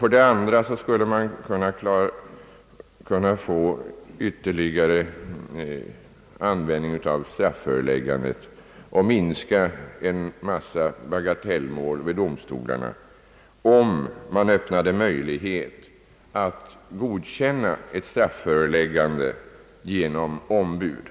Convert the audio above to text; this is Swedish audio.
För det andra skulle man kunna få ytterligare användning för strafföreläggandet och befria domstolarna från en massa bagatellmål, om man skapade möjlighet att godkänna ett strafföreläggande genom ombud.